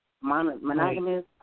monogamous